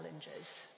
challenges